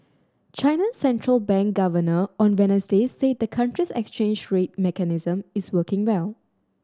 China central bank governor on Wednesday said the country's exchange rate mechanism is working well